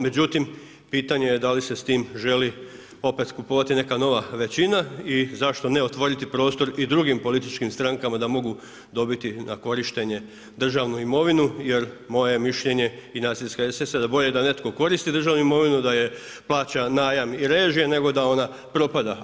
Međutim, pitanje je da li se s tim želi opet kupovati neka nova većina i zašto ne otvoriti prostor i drugim političkim strankama da mogu dobiti na korištenje državnu imovinu, jer moje je mišljenje i nas iz HSS-a da bolje da netko koristi državnu imovinu, da plaća najam i režije nego da ona propada.